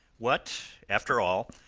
what, after all,